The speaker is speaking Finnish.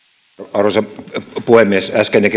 arvoisa puhemies äskeinen